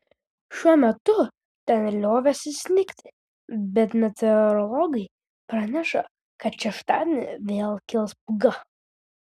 šiuo metu ten liovėsi snigti bet meteorologai praneša kad šeštadienį vėl kils pūga